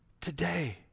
today